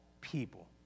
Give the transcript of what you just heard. people